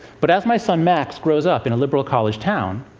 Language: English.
but as my son max grows up in a liberal college town,